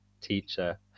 teacher